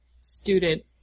student